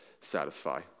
satisfy